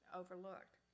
overlooked